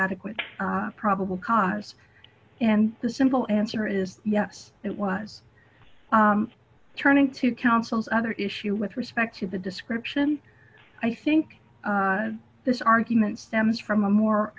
adequate probable cause and the simple answer is yes it was turning to counsel's other issue with respect to the description i think this argument stems from a more